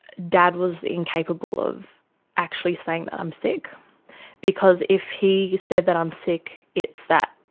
dad was incapable of actually saying that i'm sick because if he said that i'm sick, it's that,